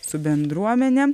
su bendruomene